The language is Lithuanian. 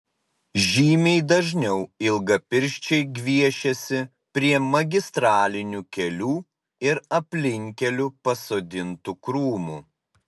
žymiai dažniau ilgapirščiai gviešiasi prie magistralinių kelių ir aplinkkelių pasodintų krūmų